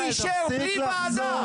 הוא אישר בלי ועדה.